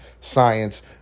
science